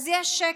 אז יש שקט,